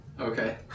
Okay